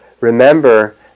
Remember